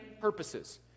purposes